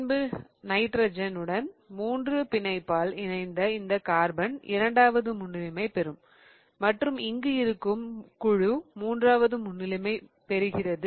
பின்பு நைட்ரஜன் உடன் 3 பிணைப்பால் இணைந்த இந்த கார்பன் இரண்டாவது முன்னுரிமை பெறும் மற்றும் இங்கு இருக்கும் குழு மூன்றாவது முன்னிலை பெறுகிறது